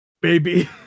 Baby